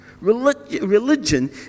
Religion